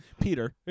peter